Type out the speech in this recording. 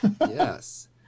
Yes